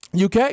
UK